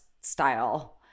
style